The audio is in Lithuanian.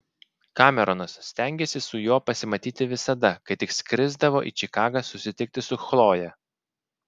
kameronas stengėsi su juo pasimatyti visada kai tik skrisdavo į čikagą susitikti su chloje